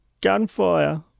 gunfire